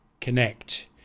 connect